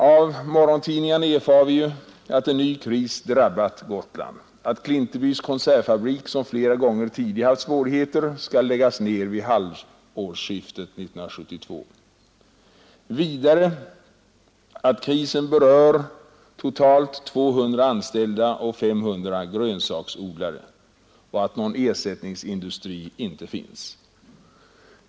Av morgontidningarna erfar vi att en ny kris har drabbat Gotland, att Klintebys konservfabrik, som flera gånger tidigare haft svårigheter, skall läggas ned vid halvårsskiftet 1972. 81 Vidare meddelas att krisen berör totalt 200 anställda och 500 grönsaksodlare och att någon ersättningsindustri inte finns.